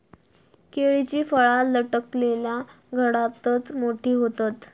केळीची फळा लटकलल्या घडातच मोठी होतत